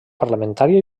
parlamentària